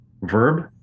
verb